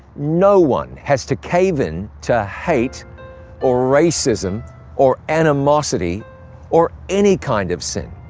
no one has to cave in to hate or racism or animosity or any kind of sin.